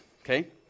Okay